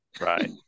Right